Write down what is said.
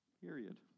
period